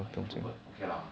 ah introvert okay lah